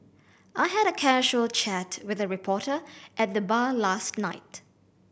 I had a casual chat with a reporter at the bar last night